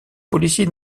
policier